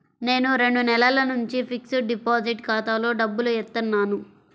నేను రెండు నెలల నుంచి ఫిక్స్డ్ డిపాజిట్ ఖాతాలో డబ్బులు ఏత్తన్నాను